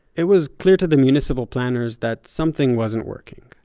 it was clear to the municipal planners that something wasn't working.